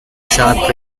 sharp